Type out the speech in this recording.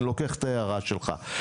אני לוקח את ההערה שלך.